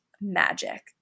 magic